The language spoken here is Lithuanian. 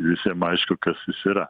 visiem aišku kas jis yra